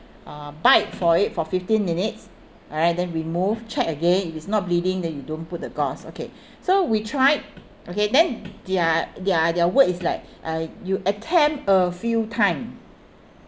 uh bite for it for fifteen minutes alright then remove check again if it's not bleeding then you don't put the gauze okay so we tried okay then their their their word is like uh you attempt a few time